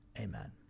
amen